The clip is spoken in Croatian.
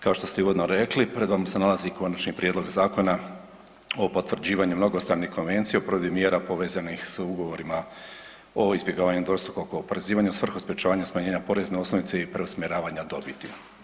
Kao što se i uvodno rekli pred vama se nalazi Konačni prijedlog Zakona o potvrđivanju mnogostrane konvencije o provedbi mjera povezanih s ugovorima o izbjegavanju dvostrukog oporezivanja u svrhu sprječavanja smanjena porezne osnovice i preusmjeravanja dobiti.